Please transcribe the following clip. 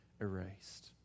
Erased